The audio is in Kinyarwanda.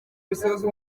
bisoza